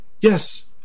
Yes